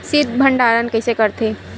शीत भंडारण कइसे करथे?